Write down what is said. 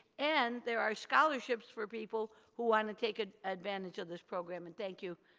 and, there are scholarships for people who want to take ah advantage of this program. and thank you,